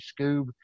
Scoob